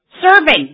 Serving